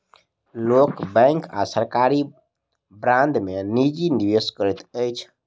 लोक बैंक आ सरकारी बांड में निजी निवेश करैत अछि